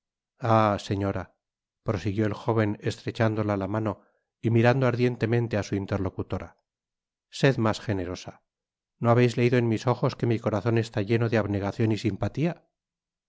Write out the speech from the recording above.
señora prosiguió el jóven estrechándola la mano y mirando ardientemente á su interlocutora sed mas generosa no habeis leido en mis ojos que mi corazon está lleno de abnegacion y simpatia